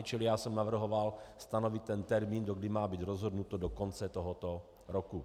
Čili já jsem navrhoval stanovit termín, do kdy má být rozhodnuto, do konce tohoto roku.